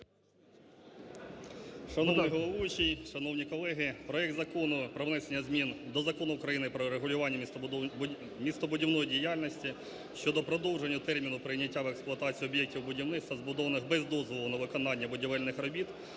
Шановний головуючий, шановні колеги! Проект Закону про внесення змін до Закону України "Про регулювання містобудівної діяльності" щодо продовження терміну прийняття в експлуатацію об'єктів будівництва, збудованих без дозволу на виконання будівельних робіт